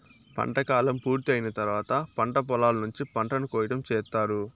పంట కాలం పూర్తి అయిన తర్వాత పంట పొలాల నుంచి పంటను కోయటం చేత్తారు